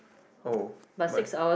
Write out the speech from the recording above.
oh much